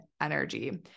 energy